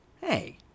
Hey